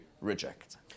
reject